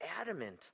adamant